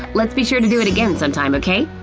let's be sure to do it again sometime, ok?